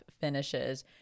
finishes